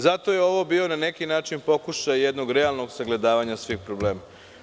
Zato je ovo bio na neki način pokušaj jednog realnog sagledavanja svih problema.